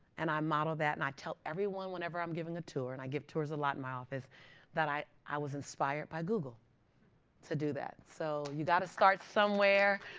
and i model that. and i tell everyone whenever i'm giving a tour and i give tours a lot in my office that i i was inspired by google to do that. so you got to start somewhere.